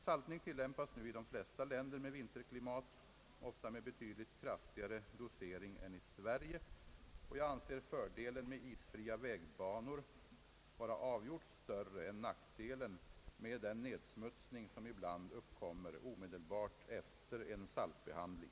Saltning tillämpas nu i de flesta länder med vinterklimat — ofta med betydligt kraftigare dosering än i Sverige — och jag anser fördelen med isfria vägbanor vara avgjort större än nackdelen med den nedsmutsning som ibland uppkommer omedelbart efter en saltbehandling.